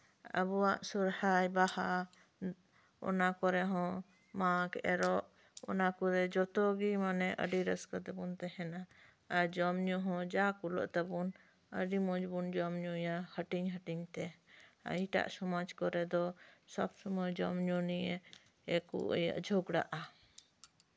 ᱟᱵᱚᱣᱟᱜ ᱥᱚᱨᱦᱟᱭ ᱵᱟᱦᱟ ᱠᱚᱨᱮ ᱦᱚᱸ ᱢᱟᱜᱷ ᱮᱨᱚᱜ ᱚᱱᱟ ᱠᱚᱨᱮ ᱡᱚᱛᱚ ᱨᱮᱜᱮ ᱢᱟᱱᱮ ᱟᱹᱰᱤ ᱨᱟᱹᱥᱠᱟᱹ ᱛᱮᱵᱚᱱ ᱛᱟᱸᱦᱮᱱᱟ ᱟᱨ ᱡᱚᱢ ᱧᱩ ᱦᱚᱸ ᱡᱟ ᱠᱩᱞᱟᱹᱜ ᱛᱟᱵᱚᱱ ᱟᱹᱰᱤ ᱢᱚᱸᱡ ᱵᱚᱱ ᱡᱚᱢ ᱧᱩᱭᱟ ᱦᱟᱹᱴᱤᱧ ᱦᱟᱹᱴᱤᱧᱛᱮ ᱮᱴᱟᱜ ᱥᱚᱢᱟᱡ ᱠᱚᱨᱮ ᱫᱚ ᱡᱚᱢ ᱧᱩ ᱱᱤᱭᱮ ᱠᱚ ᱡᱷᱚᱜᱽᱲᱟᱜᱼᱟ